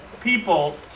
people